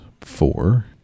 four